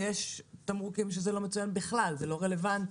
ויש תמרוקים שזה לא מצוין בכלל, זה לא רלוונטי.